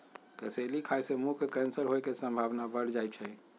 कसेली खाय से मुंह के कैंसर होय के संभावना बढ़ जाइ छइ